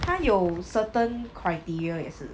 他有 certain criteria 也是